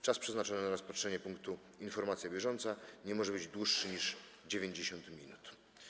Czas przeznaczony na rozpatrzenie punktu: Informacja bieżąca nie może być dłuższy niż 90 minut.